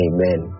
Amen